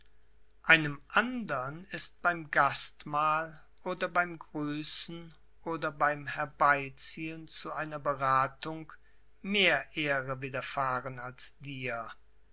einem andern ist beim gastmahl oder beim grüßen oder beim herbeiziehen zu einer berathung mehr ehre widerfahren als dir